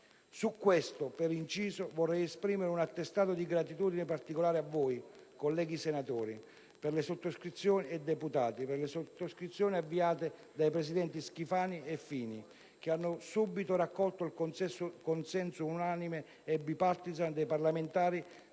Su questo, per inciso, vorrei esprimere un attestato di gratitudine particolare a voi, colleghi senatori, e agli onorevoli deputati, per le sottoscrizioni avviate dai presidenti Schifani e Fini, che hanno subito raccolto il consenso unanime e *bipartisan* dei parlamentari